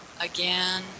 again